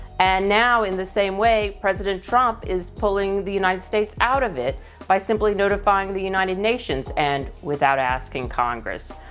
and now in the same way, president trump is pulling the united states out of it by simply notifying the united nations, and without asking congress.